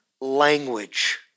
language